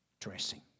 dressing